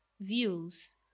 views